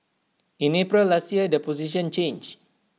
in April last year the position changed